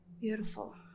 Beautiful